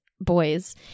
boys